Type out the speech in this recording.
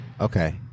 Okay